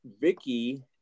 Vicky